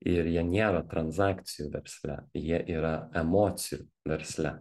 ir jie nėra tranzakcijų versle jie yra emocijų versle